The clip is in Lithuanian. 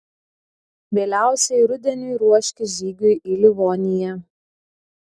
vėliausiai rudeniui ruoškis žygiui į livoniją